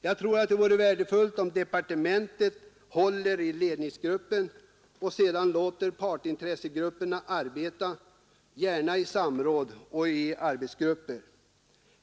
Jag tror att det vore värdefullt om departementet på det sättet håller i ledningsgruppen och sedan låter partsintressegrupperna arbeta, gärna i samrådseller arbetsgrupper.